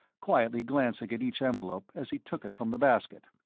quietly glancing at each envelope as he took it from the basket.